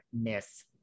miss